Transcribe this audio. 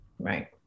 Right